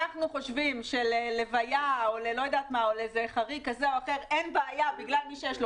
אם אנחנו חושבים שללוויה או לחריג כזה או אחר אין בעיה בגלל מי שיש לו